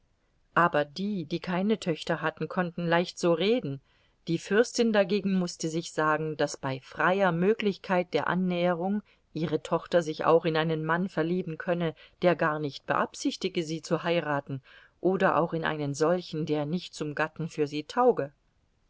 aber die die keine töchter hatten konnten leicht so reden die fürstin dagegen mußte sich sagen daß bei freier möglichkeit der annäherung ihre tochter sich auch in einen mann verlieben könne der gar nicht beabsichtigte sie zu heiraten oder auch in einen solchen der nicht zum gatten für sie tauge